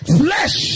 flesh